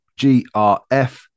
GRF